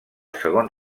segon